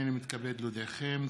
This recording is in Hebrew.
הינני מתכבד להודיעכם,